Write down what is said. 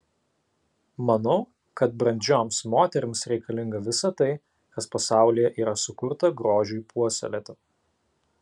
manau kad brandžioms moterims reikalinga visa tai kas pasaulyje yra sukurta grožiui puoselėti